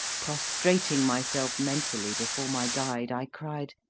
prostrating myself mentally before my guide, i cried,